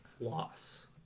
loss